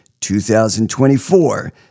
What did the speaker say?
2024